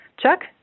Chuck